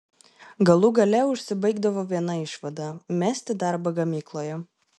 galų gale užsibaigdavo viena išvada mesti darbą gamykloje